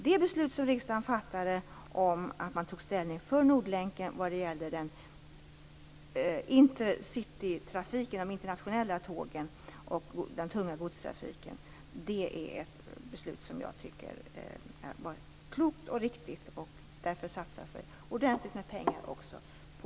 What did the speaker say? Det beslut som riksdagen fattade då man tog ställning för Nordlänken vad det gäller Intercitytrafiken, de internationella tågen och den tunga godstrafiken är ett beslut som jag tycker var klokt och riktigt. Därför satsas det också ordentligt med pengar på